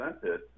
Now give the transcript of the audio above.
presented